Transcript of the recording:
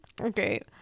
Okay